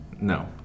No